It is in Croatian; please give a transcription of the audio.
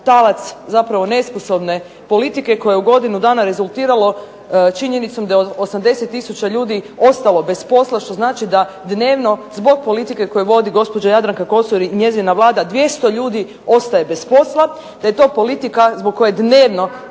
talac zapravo nesposobne politike koja je u godinu dana rezultiralo činjenicom da je 80000 ljudi ostalo bez posla što znači da dnevno zbog politike koju vodi gospođa Jadranka Kosor i njezina Vlada 200 ljudi ostaje bez posla, da je to politika zbog koje dnevno